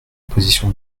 position